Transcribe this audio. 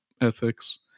ethics